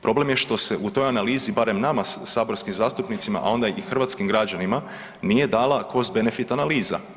Problem je što se u toj analizi, barem nama saborskim zastupnicima, a onda i hrvatskim građanima, nije dala cost benefit analiza.